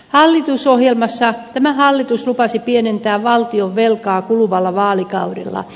hallitusohjelmassa tämä hallitus lupasi pienentää valtionvelkaa kuluvalla vaalikaudella